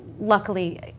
Luckily